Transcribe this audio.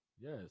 Yes